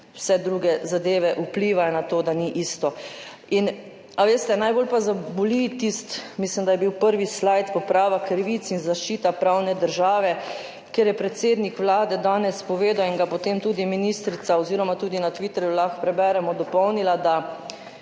vse druge zadeve vplivajo na to, da ni isto. Veste, najbolj pa zaboli tisti, mislim, da je bil prvi slajd Poprava krivic in zaščita pravne države, kjer je predsednik Vlade danes povedal in ga je potem tudi ministrica, oziroma tudi na Twitterju lahko preberemo, dopolnila, da